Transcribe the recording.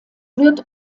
wird